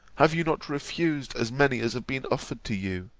have you not refused as many as have been offered to you?